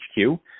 HQ